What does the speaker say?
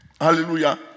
Hallelujah